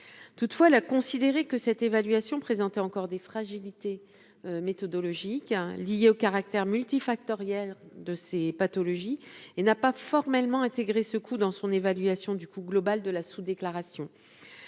toutefois la considérer que cette évaluation présentée encore des fragilités méthodologique hein liées au caractère multifactoriel de ces pathologies et n'a pas formellement intégré secoue dans son évaluation du coût global de la sous-déclaration,